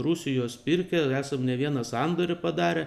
rusijos pirkę esam ne vieną sandorį padarę